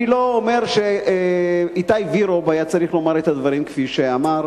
אני לא אומר שאיתי וירוב היה צריך לומר את הדברים כפי שאמר,